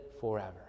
forever